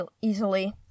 easily